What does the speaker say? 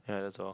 yah that's all